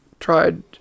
tried